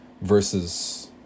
versus